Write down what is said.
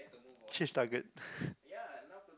change target